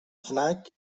fnac